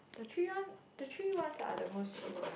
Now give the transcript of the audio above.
the three one the three ones are the most cheap one